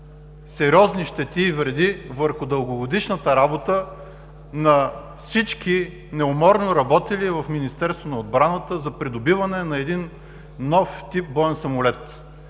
сериозни щети, вреди върху дългогодишната работа на всички неуморно работили в Министерството на отбраната за придобиване на нов тип боен самолет.